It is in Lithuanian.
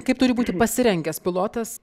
kaip turi būti pasirengęs pilotas